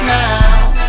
now